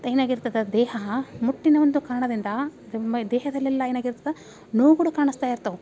ಏನಾಗಿರ್ತದೆ ಆ ದೇಹ ಮುಟ್ಟಿನ ಒಂದು ಕಾರಣದಿಂದ ಅದು ಮೈ ದೇಹದಲ್ಲೆಲ್ಲ ಏನಾಗಿರ್ತದೆ ನೋವು ಕೂಡ ಕಾಣಿಸ್ತಾ ಇರ್ತವೆ